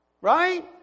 Right